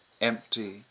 empty